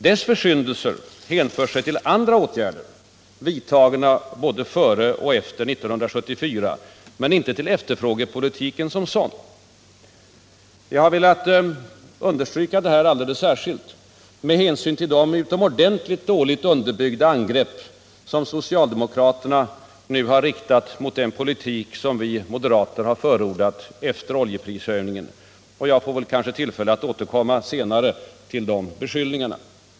Dess försyndelser hänför sig till andra åtgärder, vidtagna både före och efter 1974, men inte till efterfrågepolitiken som sådan. Jag har velat särskilt understryka detta med hänsyn till de utomordentligt dåligt underbyggda angrepp som socialdemokraterna nu har riktat mot den politik vi moderater förordat efter oljeprishöjningen, och jag får kanske tillfälle att återkomma senare till de beskyllningarna.